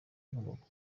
inkomoko